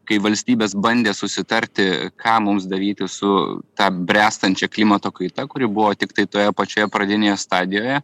kai valstybės bandė susitarti ką mums daryti su ta bręstančia klimato kaita kuri buvo tiktai toje pačioje pradinėje stadijoje